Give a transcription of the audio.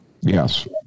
Yes